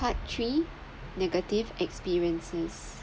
part three negative experiences